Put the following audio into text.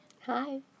Hi